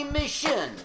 mission